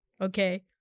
okay